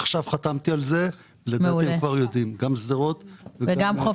עכשיו חתמתי על זה גם לשדרות וגם לחוף